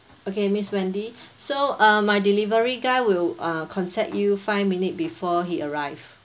okay miss wendy so uh my delivery guy will uh contact you five minutes before he arrives